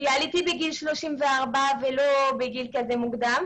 אני עליתי בגיל 34 ולא בגיל מוקדם כפי שעלו האחרים.